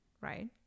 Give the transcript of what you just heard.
right